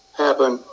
happen